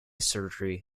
surgery